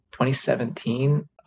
2017